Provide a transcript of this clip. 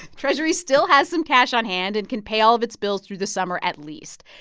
treasury still has some cash on hand and can pay all of its bills through the summer at least.